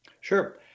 Sure